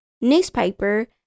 newspaper